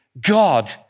God